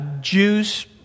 Jews